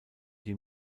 die